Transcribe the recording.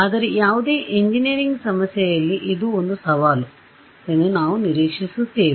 ಆದರೆ ಯಾವುದೇ ಎಂಜಿನಿಯರಿಂಗ್ ಸಮಸ್ಯೆಯಲ್ಲಿ ಇದು ಒಂದು ಸವಾಲು ಎಂದು ನಾವು ನಿರೀಕ್ಷಿಸುತ್ತೇವೆ